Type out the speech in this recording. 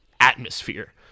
atmosphere